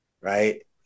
right